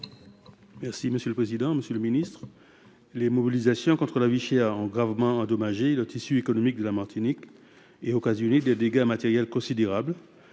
est à M. Frédéric Buval. Les mobilisations contre la vie chère ont gravement endommagé le tissu économique de la Martinique et occasionné des dégâts matériels considérables,